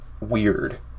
weird